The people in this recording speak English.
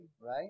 right